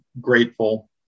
grateful